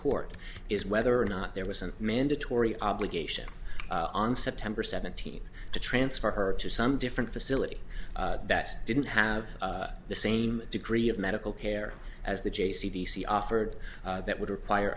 court is whether or not there was a mandatory obligation on september seventeenth to transfer her to some different facility that didn't have the same degree of medical care as the j c t she offered that would require